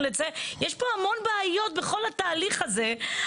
---" יש פה המון בעיות בכל התהליך הזה,